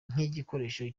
nk’igikoresho